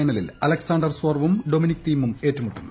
ഫൈനലിൽ അലക്സാണ്ടർ സ്വർവും ഡൊമിനിക് തീമും തമ്മിൽ ഏറ്റുമുട്ടും